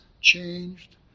changed